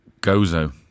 Gozo